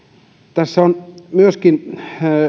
tässä on myöskin